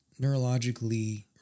neurologically